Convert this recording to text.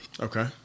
Okay